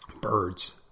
Birds